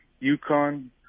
Yukon